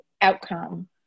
outcome